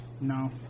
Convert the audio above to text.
No